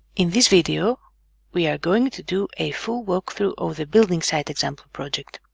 in this video we are going to do a full walk-through of the building site example project